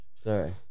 Sorry